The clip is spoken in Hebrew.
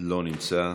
לא נמצא,